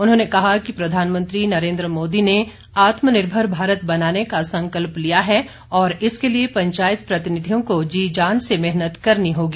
उन्होंने कहा कि प्रधानमंत्री नरेंद्र मोदी ने आत्मनिर्भर भारत बनाने का संकल्प लिया है और इसके लिए पंचायत प्रतिनिधियों को जी जान से मेहनत करने होगी